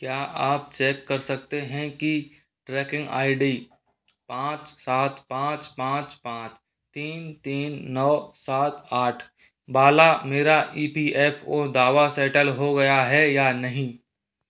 क्या आप चेक कर सकते हैं कि ट्रैकिंग आई डी पाँच सात पाँच पाँच पाँच तीन तीन नौ सात आठ वाला मेरा ई पी एफ़ ओ दावा सैटल हो गया है या नहीं